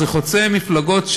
זה חוצה מפלגות,